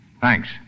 Thanks